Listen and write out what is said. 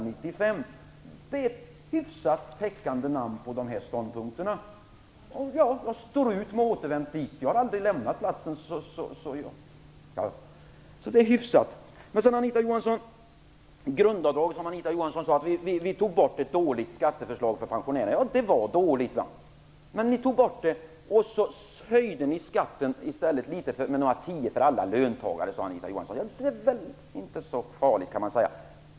Det är ett hyfsat täckande namn på dessa ståndpunkter. Jag står ut med att ha återvänt dit. Jag har aldrig lämnat den platsen. Så det är hyfsat. Angående grundavdraget sade Anita Johansson att man drog tillbaka ett dåligt skatteförslag när det gällde pensionärerna. Ja, det var ett dåligt förslag. Ni drog tillbaka det, men sedan höjde ni i stället skatten för alla löntagare med några tior. Det är väl kanske inte så farligt, kan man säga.